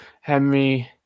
Henry